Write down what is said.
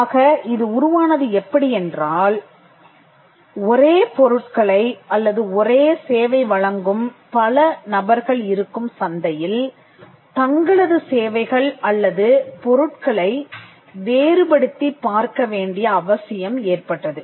ஆக இது உருவானது எப்படி என்றால் ஒரே பொருட்களை அல்லது ஒரே சேவை வழங்கும் பல நபர்கள் இருக்கும் சந்தையில் தங்களது சேவைகள் அல்லது பொருட்களை வேறுபடுத்திப் பார்க்க வேண்டிய அவசியம் ஏற்பட்டது